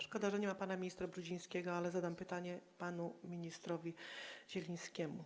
Szkoda, że nie ma pana ministra Brudzińskiego, ale zadam pytanie panu ministrowi Zielińskiemu.